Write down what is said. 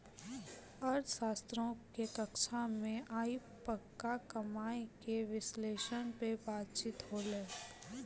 अर्थशास्त्रो के कक्षा मे आइ पक्का कमाय के विश्लेषण पे बातचीत होलै